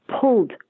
pulled